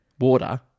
water